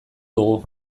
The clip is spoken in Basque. dugu